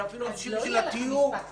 אז לא יהיה לך משפט חוזר.